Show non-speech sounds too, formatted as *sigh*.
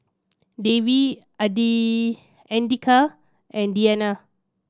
Dewi *unintelligible* Andika and Diyana